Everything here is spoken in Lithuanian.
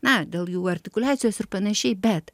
na dėl jų artikuliacijos ir panašiai bet